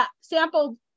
Sampled